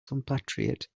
compatriot